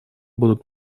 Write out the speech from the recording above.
будут